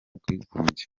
bwigunge